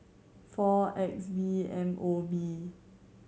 four X V M O B